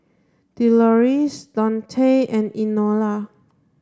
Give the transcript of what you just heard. Deloris Daunte and Enola